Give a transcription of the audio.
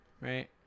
right